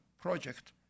project